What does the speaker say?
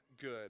good